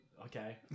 Okay